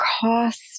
cost